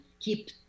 keep